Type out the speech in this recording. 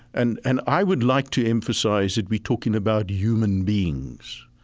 and and i would like to emphasize that we're talking about human beings.